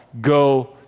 go